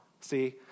see